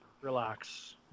relax